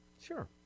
Sure